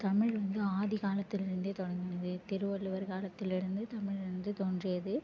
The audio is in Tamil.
தமிழ் வந்து ஆதி காலத்துலேருந்தே தொடங்கினது திருவள்ளுவர் காலத்துலேருந்து தமிழ் வந்து தோன்றியது